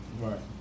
Right